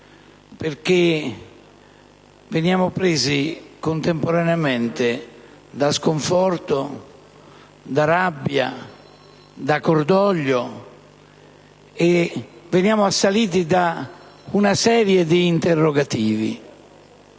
perché veniamo presi contemporaneamente da sconforto, da rabbia, da cordoglio e assaliti da una serie di interrogativi.